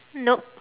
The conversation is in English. nope